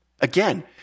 Again